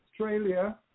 Australia